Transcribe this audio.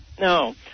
No